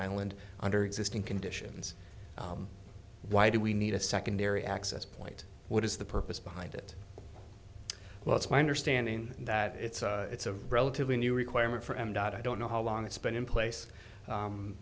island under existing conditions why do we need a secondary access point what is the purpose behind it well it's my understanding that it's a it's a relatively new requirement for m dot i don't know how long it's been in place